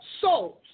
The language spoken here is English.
souls